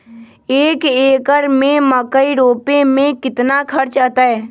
एक एकर में मकई रोपे में कितना खर्च अतै?